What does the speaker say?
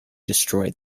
destroyed